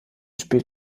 spielt